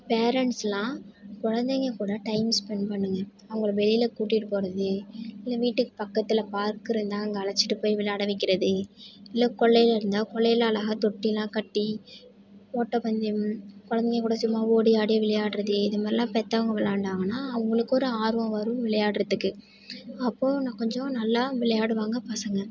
பேரன்ட்ஸெலாம் குழந்தைங்க கூட time spent பண்ணுங்க அவங்கள வெளியில் கூட்டிகிட்டு போவது இல்லை வீட்டுக்கு பக்கத்தில் பார்க் இருந்தால் அங்கே அழைச்சிட்டு போய் விளாட வைக்கிறது இல்லை கொல்லை இருந்தால் கொல்லையில் அழகாக தொட்டியெலாம் கட்டி ஓட்டப்பந்தயம் கொழந்தைங்க கூட சும்மா ஓடி ஆடி விளையாடுறது இது மாதிரில்லாம் பெற்றவங்க விளாண்டாங்கன்னால் அவங்களுக்கு ஒரு ஆர்வம் வரும் விளையாடுறத்துக்கு அப்போது இன்னும் கொஞ்சோம் நல்லா விளையாடுவாங்க பசங்கள்